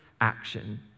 action